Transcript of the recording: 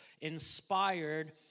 inspired